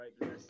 right